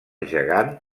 gegant